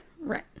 Right